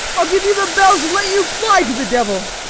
i ll give you the bells, and let you fly to the devil.